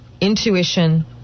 intuition